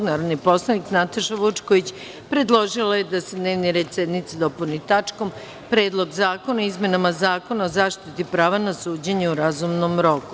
Narodni poslanik Nataša Vučković, predložila je da se dnevni red sednice dopuni tačkom – Predlog zakona o izmenama Zakona o zaštiti prava na suđenje u razumnom roku.